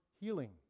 healing